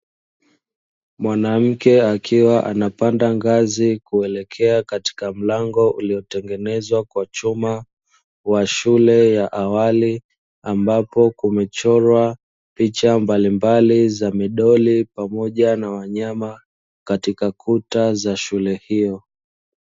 Mwanamke akiwa anapanda ngazi, kuelekea katika mlango uliotengenezwa kwa chuma wa shule ya awali. Ambapo kumechorwa picha mbalimbali za midoli pamoja na wanyama katika kuta za shule hiyo.